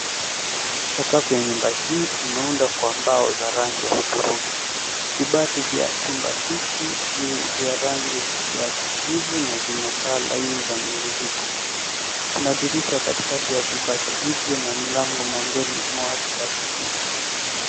Sakafu za nyumba hii imeundwa kwa mbao za rangi ya hudhurungi. Vibati vya chumba hiki ni vya rangi ya kijivu na vina taa laini ya mnyiririko. Kuda dirisha katikati ya vibati hivi na mlango mwanzoni mwa vibati hivyo.